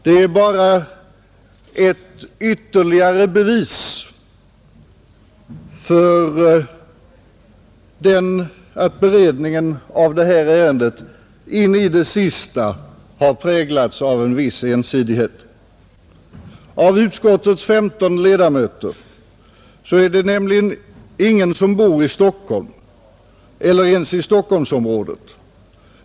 Det är bara ett ytterligare bevis för att beredningen av detta ärende in i det sista präglats av en viss ensidighet. Av utskottets femton ledamöter är det nämligen ingen som bor i Stockholm eller ens i Stockholmsområdet.